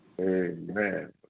Amen